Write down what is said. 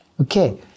Okay